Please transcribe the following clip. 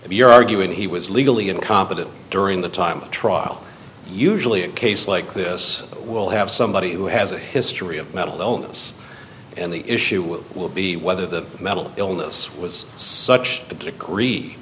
if you're arguing he was legally incompetent during the time of trial usually a case like this will have somebody who has a history of mental illness and the issue will be whether the mental illness was such a decree